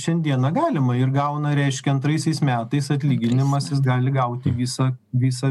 šiandieną galima ir gauna reiškia antraisiais metais atlyginimas jis gali gauti visą visą